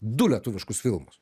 du lietuviškus filmus